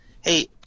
hey